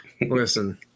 Listen